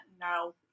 No